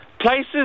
Places